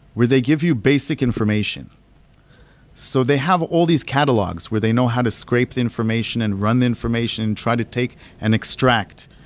where they give you basic information so they have all these catalogs where they know how to scrape the information and run the information and try to take and extract.